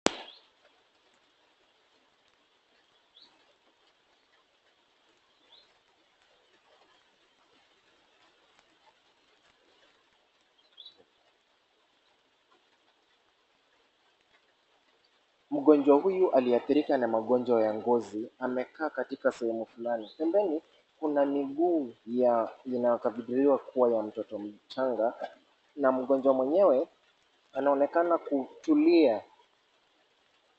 Mgonjwa huyu aliathirika na magonjwa ya ngozi amekaa katika sehemu fulani. Pembeni kuna miguu ya inayokadiriwa kuwa ya mtoto mchanga na mgonjwa mwenyewe anaonekana kutulia.